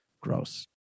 Gross